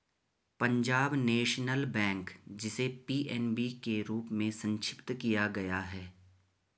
Punjab National Bank, जिसे PNB के रूप में संक्षिप्त किया गया है